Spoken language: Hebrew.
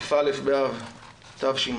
כ"א באב תש"ף.